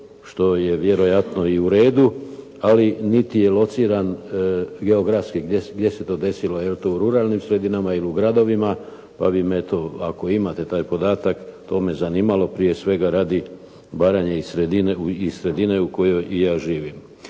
što je vjerojatno i u redu, ali niti je lociran geografski gdje se to desilo, je li to u ruralnim sredinama ili u gradovima, pa vi mi eto ako imate taj podatak, to me zanimalo prije svega radi Baranje i sredine u kojoj i ja živim.